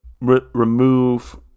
remove